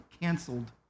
canceled